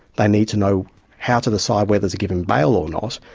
they need to know how to decide whether to give him bail or not,